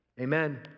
Amen